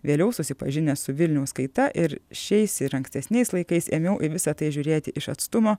vėliau susipažinęs su vilniaus kaita ir šiais ir ankstesniais laikais ėmiau į visa tai žiūrėti iš atstumo